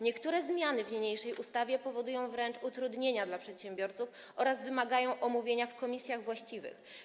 Niektóre zmiany w niniejszej ustawie powodują wręcz utrudnienia dla przedsiębiorców oraz wymagają omówienia we właściwych komisjach.